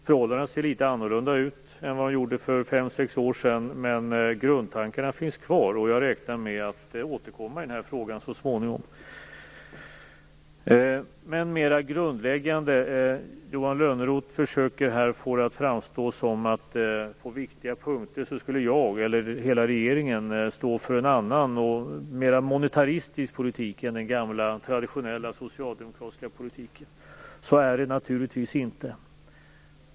Förhållandena ser litet annorlunda ut än vad de gjorde för fem sex år sedan, men grundtankarna finns kvar. Jag räknar med att återkomma i frågan så småningom. Men mera grundläggande: Johan Lönnroth försöker här att få det att framstå som att jag och hela regeringen skulle stå för en annan och mer monetaristisk politik än den gamla traditionella socialdemokratiska politiken. Så är det naturligtvis inte.